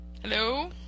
Hello